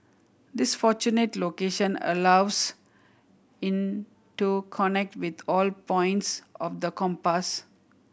this fortunate location allows in to connect with all points of the compass